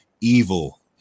evil